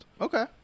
Okay